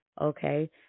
okay